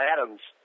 Adams